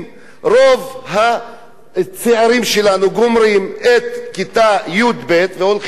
רוב הצעירים שלנו גומרים את כיתה י"ב והולכים לעבוד.